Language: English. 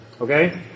Okay